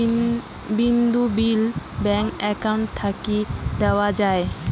বিদ্যুৎ বিল কি bank account থাকি দেওয়া য়ায়?